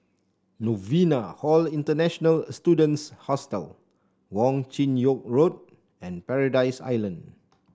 Novena Hall International Students Hostel Wong Chin Yoke Road and Paradise Island